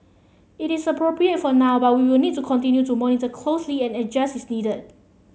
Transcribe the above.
it is appropriate for now but we will need to continue to monitor closely and adjust as needed